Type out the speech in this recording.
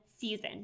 season